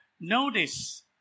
notice